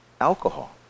alcohol